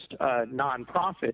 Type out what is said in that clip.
nonprofit